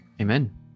Amen